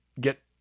get